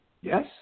yes